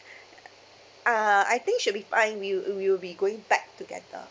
uh I think should be fine we'll we'll be going back together